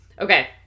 Okay